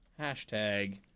Hashtag